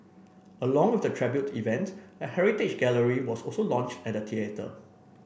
along with the tribute event a heritage gallery was also launched at the theatre